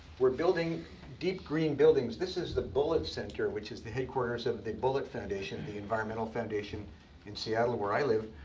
we're building deep green buildings. this is the bullitt center, which is the headquarters of the bullitt foundation, the environmental foundation in seattle, where i live.